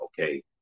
Okay